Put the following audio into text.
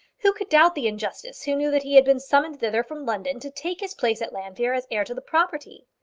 who could doubt the injustice who knew that he had been summoned thither from london to take his place at llanfeare as heir to the property?